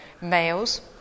males